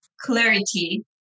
clarity